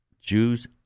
Jews